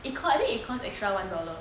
it cost I think it cost extra one dollar